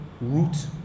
root